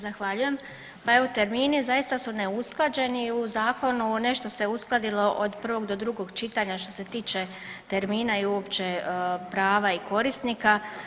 Zahvaljujem, pa evo termini zaista su neusklađeni i u zakonu nešto se uskladilo od prvog do drugog čitanja što se tiče termina i uopće prava i korisnika.